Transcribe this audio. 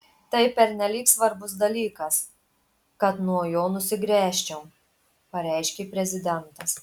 tai pernelyg svarbus dalykas kad nuo jo nusigręžčiau pareiškė prezidentas